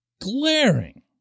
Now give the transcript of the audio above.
glaring